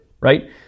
right